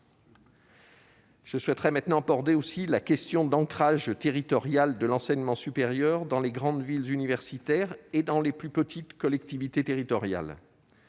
Je voudrais aussi évoquer la question de l'ancrage territorial de l'enseignement supérieur dans les grandes villes universitaires et dans les plus petites collectivités territoriales.